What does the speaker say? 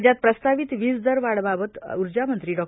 राज्यात प्रस्तावित वीज दर वाढीबाबत उर्जानंत्री डॉ